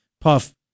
Puff